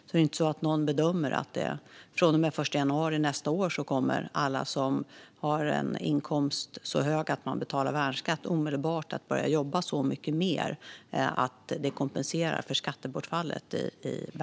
Det är ju inte så att någon bedömer att alla som har en inkomst så hög att man betalar värnskatt från och med den 1 januari nästa år omedelbart kommer att börja jobba så mycket mer att det kompenserar för skattebortfallet.